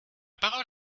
parole